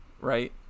right